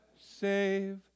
Save